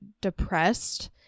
depressed